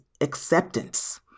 acceptance